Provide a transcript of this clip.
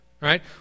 right